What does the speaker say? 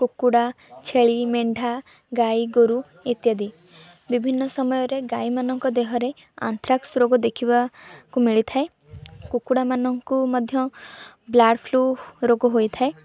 କୁକୁଡ଼ା ଛେଳି ମେଣ୍ଢା ଗାଈଗୋରୁ ଇତ୍ୟାଦି ବିଭିନ୍ନ ସମୟରେ ଗାଈମାନଙ୍କ ଦେହରେ ଆନ୍ଥ୍ରାକ୍ସ୍ ରୋଗ ଦେଖିବାକୁ ମିଳିଥାଏ କୁକୁଡ଼ାମାନଙ୍କୁ ମଧ୍ୟ ବାର୍ଡ଼୍ ଫ୍ଲ୍ୟୁ ରୋଗ ହୋଇଥାଏ